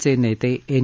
चे नेते एन